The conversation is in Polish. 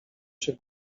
się